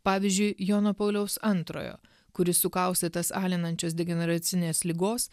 pavyzdžiui jono pauliaus antrojo kuris sukaustytas alinančios degeneracinės ligos